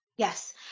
Yes